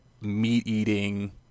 meat-eating